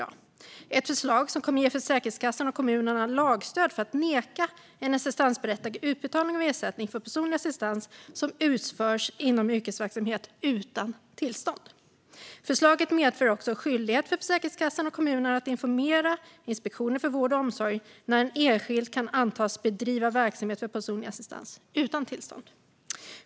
Det är ett förslag som kommer att ge Försäkringskassan och kommunerna lagstöd för att neka en assistansberättigad utbetalning av ersättning för personlig assistans som utförs inom en yrkesverksamhet utan tillstånd. Förslaget medför också en skyldighet för Försäkringskassan och kommunerna att informera Inspektionen för vård och omsorg när en enskild kan antas bedriva verksamhet för personlig assistans utan tillstånd.